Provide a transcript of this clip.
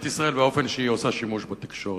ישראל ולגבי האופן שבו היא עושה שימוש בתקשורת.